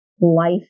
life